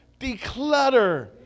declutter